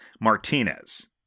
Martinez